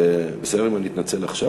זה בסדר אם אני אתנצל עכשיו,